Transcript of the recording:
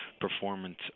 performance